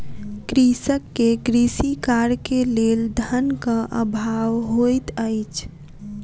कृषक के कृषि कार्य के लेल धनक अभाव होइत अछि